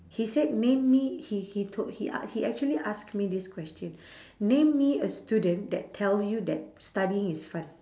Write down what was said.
he said name me he he told he a~ he actually ask me this question name me a student that tell you that studying is fun